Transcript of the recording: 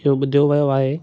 इहो ॿुधियो वियो आहे